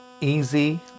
easy